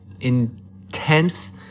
intense